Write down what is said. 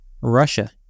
Russia